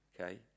okay